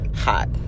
hot